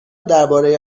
درباره